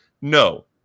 No